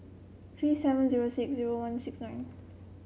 three seven zero six zero one six nine